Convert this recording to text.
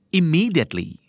immediately